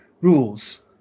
rules